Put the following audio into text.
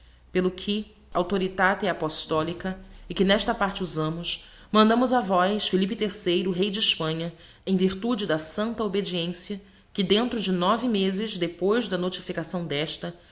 pelo que authoritate appostolica e que nesta parte uzamos mandamos a vós philipe o rey de hespanha em virtude da sancta obediencia que dentro de nove mezes depois da notificação d'esta